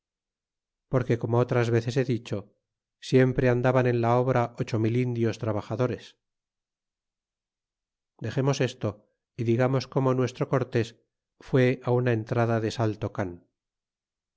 porque como otras veces he dicho siempre andaban en la obra ocho mil indios trabajadores dexemos esto y digamos como nuestro cortes fué á una entrada de saltocan